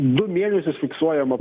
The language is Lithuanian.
du mėnesius fiksuojama